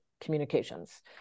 communications